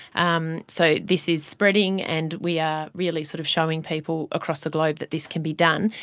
um so this is spreading and we are really sort of showing people across the globe that this can be done.